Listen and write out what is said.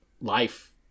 life